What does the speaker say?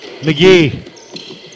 McGee